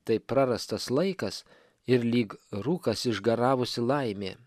tai prarastas laikas ir lyg rūkas išgaravusi laimė